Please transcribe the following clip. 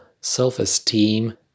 self-esteem